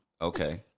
Okay